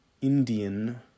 Indian